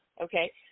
okay